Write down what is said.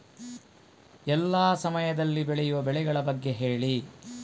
ಎಲ್ಲಾ ಸಮಯದಲ್ಲಿ ಬೆಳೆಯುವ ಬೆಳೆಗಳ ಬಗ್ಗೆ ಹೇಳಿ